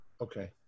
Okay